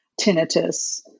tinnitus